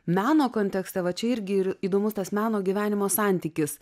meno kontekste va čia irgi įdomus tas meno gyvenimo santykis